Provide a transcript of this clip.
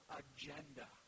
agenda